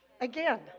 Again